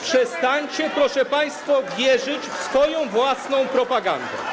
Przestańcie, proszę, państwo wierzyć w swoją własną propagandę.